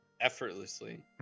effortlessly